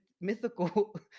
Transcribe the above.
mythical